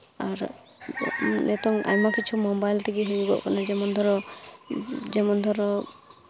ᱟᱨ ᱱᱤᱛᱚᱝ ᱟᱭᱢᱟ ᱠᱤᱪᱷᱩ ᱢᱳᱵᱟᱭᱤᱞ ᱛᱮᱜᱮ ᱦᱩᱭᱩᱜᱚᱜ ᱠᱟᱱᱟ ᱡᱮᱢᱚᱱ ᱫᱷᱚᱨᱚ ᱡᱮᱢᱚᱱ ᱫᱷᱚᱨᱚ